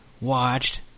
watched